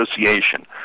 Association